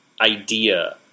idea